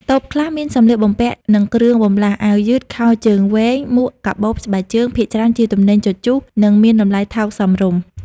តូបខ្លះមានសម្លៀកបំពាក់ និងគ្រឿងបន្លាស់ អាវយឺត ខោជើងវែង មួក កាបូប ស្បែកជើង ភាគច្រើនជាទំនិញជជុះ និងមានតម្លៃថោកសមរម្យ ។